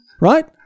right